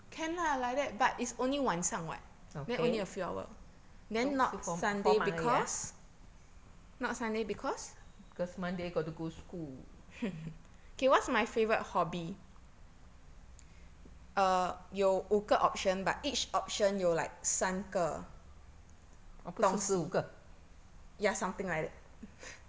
okay so 是 four four marks 而已啊 because monday got to go school 十五个